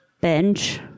bench